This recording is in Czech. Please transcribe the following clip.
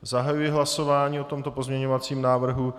Zahajuji hlasování o tomto pozměňovacím návrhu.